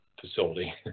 facility